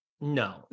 No